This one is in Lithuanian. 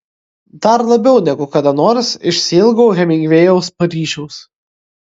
dar labiau negu kada nors išsiilgau hemingvėjaus paryžiaus